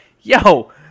Yo